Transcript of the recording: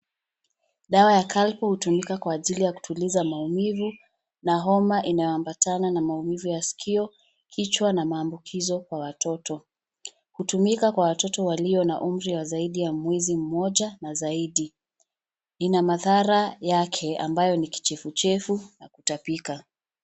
Dawa ya Calpol hutumika kwa ajili ya kutuliza maumivu, na homa inayoambatana na maumivu ya sikio, kichwa na maambukizo kwa watoto, hutumika kwa watoto walio na umri wa zaidi ya mwezi mmoja na zaidi, ina madhara yake ambayo ni kichefuchefu, na kutapika.